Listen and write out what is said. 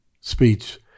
speech